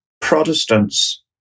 Protestants